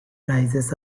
rises